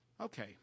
okay